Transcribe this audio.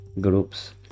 groups